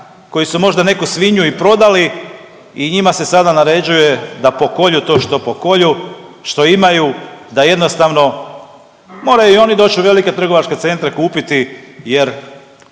koji su možda neku svinju i prodali i njima se sada naređuje da pokolju to što pokolju, što imaju, da jednostavno moraju i oni doć u velike trgovačke centre kupiti jer